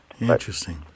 Interesting